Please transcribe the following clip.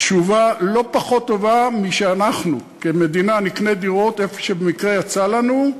תשובה לא פחות טובה מאשר שאנחנו כמדינה נקנה דירות איפה שבמקרה יצא לנו,